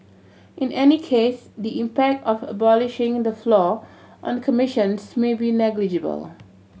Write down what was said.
in any case the impact of abolishing the floor on commissions may be negligible